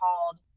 called